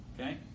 okay